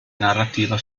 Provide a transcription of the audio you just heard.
narrativa